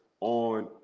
on